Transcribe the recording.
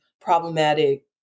problematic